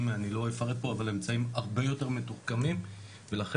אני לא אפרט פה אבל אמצעים הרבה יותר מתוחכמים ולכן